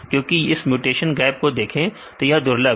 क्योंकि इस mutation gap को देखें तो यह दुर्लभ है